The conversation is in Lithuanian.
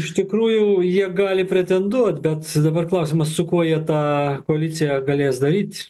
iš tikrųjų jie gali pretenduot bet dabar klausimas su kuo jie tą koaliciją galės daryt